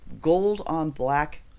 gold-on-black